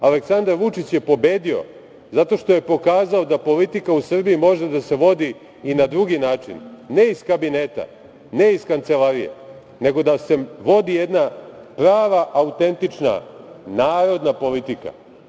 Aleksandar Vučić je pobedio zato što je pokazao da politika u Srbiji može da se vodi i na drugi način, ne iz kabineta, ne iz kancelarije, nego da se vodi jedna prava autentična narodna politika.